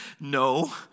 No